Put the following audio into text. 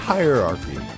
Hierarchy